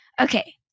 okay